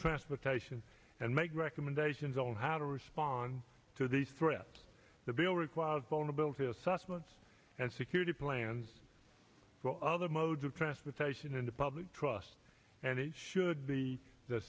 transportation and make recommendations on how to respond to these threat the bill requires vulnerability assessments and security plans for other modes of transportation in the public trust and it should be the